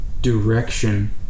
direction